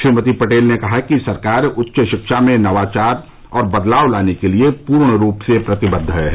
श्रीमती पटेल ने कहा कि सरकार उच्च शिक्षा में नवाचार और बदलाव लाने के लिए पूर्ण रूप से प्रतिबद्ध है